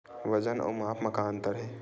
वजन अउ माप म का अंतर हे?